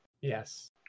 yes